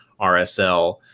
RSL